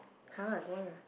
!huh! don't want lah